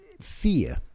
fear